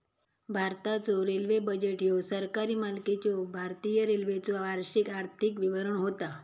भारताचो railway budget ह्यो सरकारी मालकीच्यो भारतीय रेल्वेचो वार्षिक आर्थिक विवरण होता